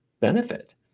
benefit